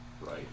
right